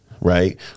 right